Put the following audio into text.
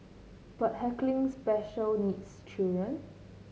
but heckling special needs children